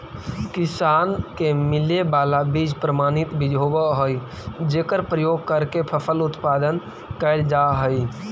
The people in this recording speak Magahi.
किसान के मिले वाला बीज प्रमाणित बीज होवऽ हइ जेकर प्रयोग करके फसल उत्पादन कैल जा हइ